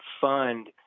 fund